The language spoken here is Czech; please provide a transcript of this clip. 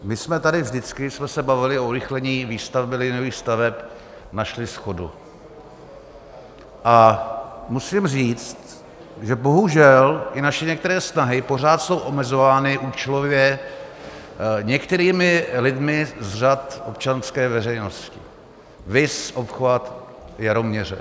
My jsme tady vždycky, když jsme se bavili o urychlení výstavby nových staveb, našli shodu, a musím říct, že bohužel i naše některé snahy pořád jsou omezovány účelově některými lidmi z řad občanské veřejnosti, viz obchvat Jaroměře.